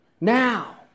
now